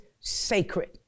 sacred